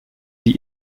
die